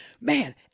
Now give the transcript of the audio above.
man